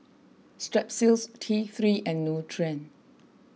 Strepsils T three and Nutren